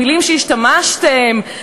המילים שהשתמשתם בהן,